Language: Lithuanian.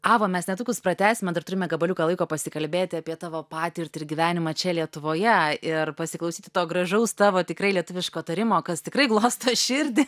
ava mes netrukus pratęsime dar turime gabaliuką laiko pasikalbėti apie tavo patirtį ir gyvenimą čia lietuvoje ir pasiklausyti to gražaus tavo tikrai lietuviško tarimo kas tikrai glosto širdį